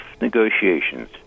negotiations